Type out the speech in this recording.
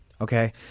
Okay